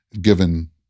given